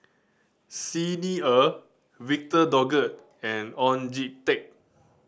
Xi Ni Er Victor Doggett and Oon Jin Teik